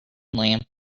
lamp